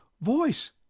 voice